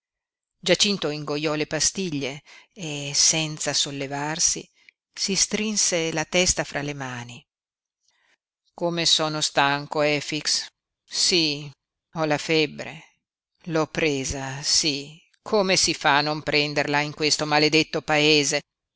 giacinto ingoiò le pastiglie e senza sollevarsi si strinse la testa fra le mani come sono stanco efix sí ho la febbre l'ho presa sí come si fa a non prenderla in questo maledetto paese